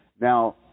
Now